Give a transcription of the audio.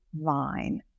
vine